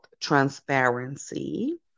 transparency